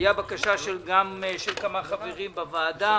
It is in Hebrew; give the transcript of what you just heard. היתה בקשה גם של כמה חברים בוועדה.